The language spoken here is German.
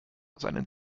seinen